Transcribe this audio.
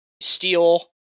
steel